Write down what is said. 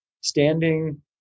standing